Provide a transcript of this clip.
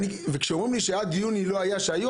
כשאומרים לי שעד יוני לא היו נתונים,